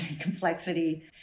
complexity